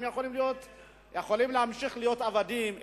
הם יכולים להמשיך להיות עבדים,